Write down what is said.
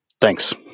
Thanks